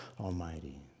Almighty